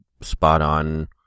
spot-on